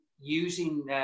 using